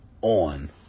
on